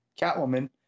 Catwoman